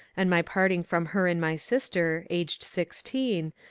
and my parting from her and my sister, aged sixteen,